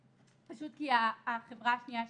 פשוט כי החברה השנייה שהכינה,